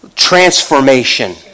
transformation